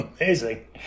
Amazing